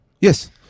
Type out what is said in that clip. yes